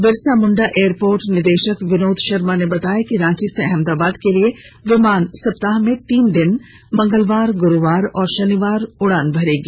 Birsa Munda airport निदेशक विनोद शर्मा ने बताया कि रांची से अहमदाबाद के लिये विमान सप्ताह में तीन दिन मंगलवार गुरुवार और शनिवार को उड़ान भरेगी